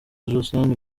josiane